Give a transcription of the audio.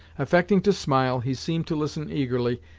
affecting to smile, he seemed to listen eagerly,